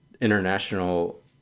international